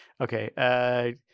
Okay